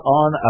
on